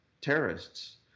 terrorists